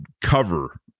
cover